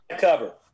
cover